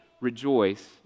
rejoice